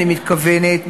אני מתכוונת,